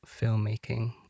filmmaking